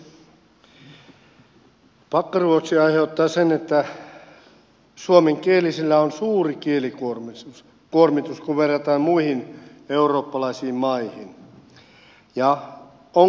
pakkoruotsi aiheuttaa sen että suomenkielisillä on suuri kielikuormitus kun verrataan muihin eurooppalaisiin maihin